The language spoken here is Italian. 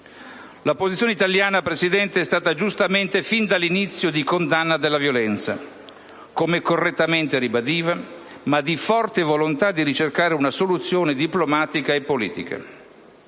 La posizione italiana, Presidente, è stata giustamente, fin dall'inizio, di condanna della violenza, come correttamente ha ribadito, ma di forte volontà di ricercare una soluzione diplomatica e politica.